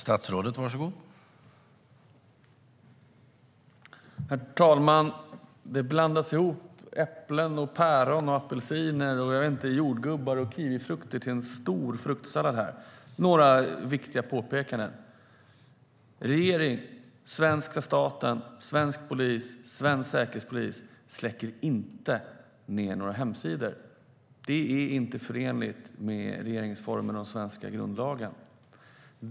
Herr talman! Här blandar man ihop äpplen och päron, och apelsiner, jordgubbar och kiwifrukter till en stor fruktsallad. Låt mig komma med några viktiga påpekanden. Regeringen, svenska staten, svensk polis och svensk säkerhetspolis släcker inte ned hemsidor. Det är inte förenligt med regeringsformen och Sveriges grundlag.